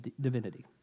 divinity